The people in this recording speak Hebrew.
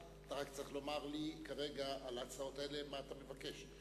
אתה רק צריך לומר לי כרגע מה אתה מבקש על ההצעות האלה,